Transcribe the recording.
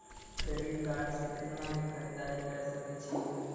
Credit card से कितना के खरीददारी करे सकय छियै?